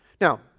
Now